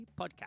podcast